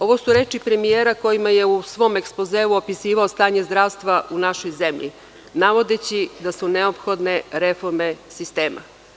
Ovo su reči premijera kojima je u svom ekspozeu opisivao stanje zdravstva u našoj zemlji, navodeći da su neophodne reforme sistema.